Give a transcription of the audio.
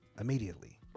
immediately